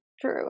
true